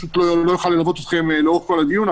פשוט לא אוכל ללוות אתכם לאורך כל הדיון,